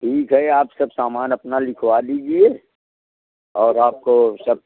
ठीक है आप सब सामान अपना लिखवा लीजिए और आपको सब